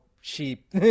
sheep